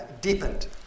deepened